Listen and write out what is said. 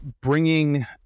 bringing